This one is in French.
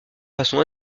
façon